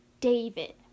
David